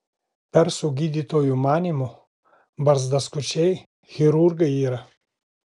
persų gydytojų manymu barzdaskučiai chirurgai yra